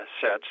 sets